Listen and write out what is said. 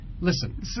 Listen